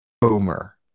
boomer